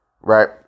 right